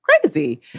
crazy